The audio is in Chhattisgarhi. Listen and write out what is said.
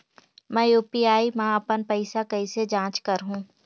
मैं यू.पी.आई मा अपन पइसा कइसे जांच करहु?